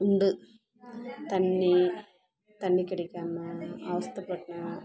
உண்டு தண்ணி தண்ணி கிடைக்காம அவஸ்த்தப்பட்டேன்